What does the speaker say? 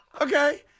okay